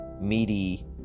meaty